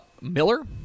Miller